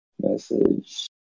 message